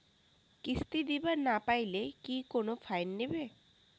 কিস্তি দিবার না পাইলে কি কোনো ফাইন নিবে?